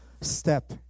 step